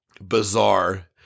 Bizarre